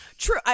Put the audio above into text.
true